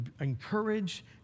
encourage